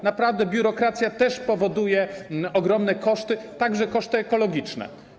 Naprawdę biurokracja też powoduje ogromne koszty, także koszty ekologiczne.